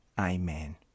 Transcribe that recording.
Amen